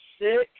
Six